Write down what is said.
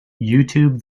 youtube